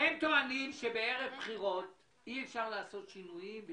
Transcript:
טוענים שבערב בחירות אי אפשר לעשות שינויים,